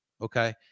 okay